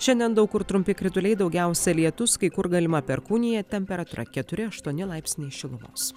šiandien daug kur trumpi krituliai daugiausia lietus kai kur galima perkūnija temperatūra keturi aštuoni laipsniai šilumos